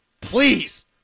Please